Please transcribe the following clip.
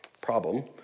Problem